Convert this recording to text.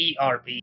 erp